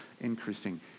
increasing